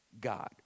God